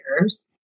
years